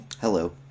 Hello